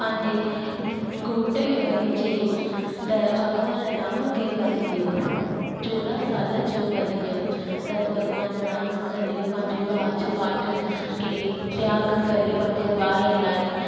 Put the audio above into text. पंहिंजे घोट खे वञी चयो त भॻवानु राम खे वन ॾियो चोॾहं साल जो वन ॾियो त भॻवानु राम सॼो पंहिंजो राज पाठ खे त्याॻु करे पंहिंजे भाउ लाइ